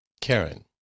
Karen